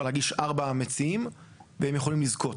להגיש ארבע מציעים והם יכולים לזכות,